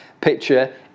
picture